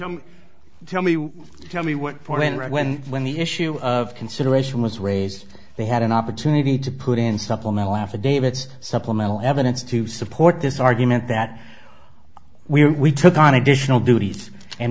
come tell me tell me what point when when the issue of consideration was raised they had an opportunity to put in supplemental affidavits supplemental evidence to support this argument that we took on additional duties and